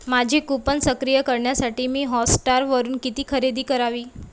माझी कूपन सक्रिय करण्यासाठी मी हॉटस्टारवरून किती खरेदी करावी